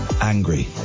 angry